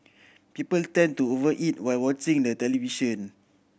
people tend to over eat while watching the television